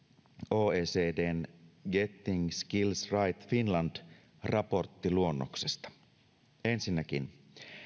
oecdn getting skills right finland raporttiluonnoksesta ensinnäkin